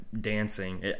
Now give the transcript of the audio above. dancing